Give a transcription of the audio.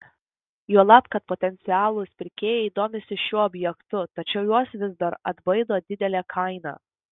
juolab kad potencialūs pirkėjai domisi šiuo objektu tačiau juos vis dar atbaido didelė kaina